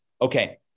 Okay